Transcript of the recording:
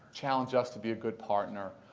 challenge us to be a good partner.